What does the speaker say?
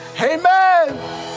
Amen